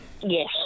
Yes